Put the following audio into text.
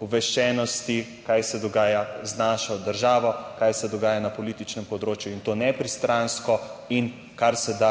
obveščenosti, kaj se dogaja z našo državo, kaj se dogaja na političnem področju, in to nepristransko in karseda